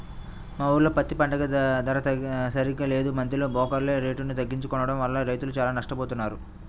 మా ఊర్లో పత్తి పంటకి ధర సరిగ్గా లేదు, మద్దెలో బోకర్లే రేటుని తగ్గించి కొనడం వల్ల రైతులు చానా నట్టపోతన్నారు